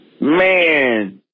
man